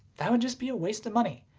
that would just be a waste of money.